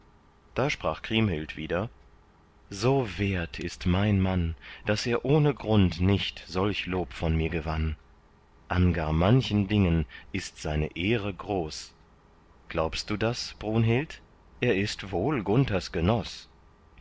da sprach kriemhild wieder so wert ist mein mann daß er ohne grund nicht solch lob von mir gewann an gar manchen dingen ist seine ehre groß glaubst du das brunhild er ist wohl gunthers genoß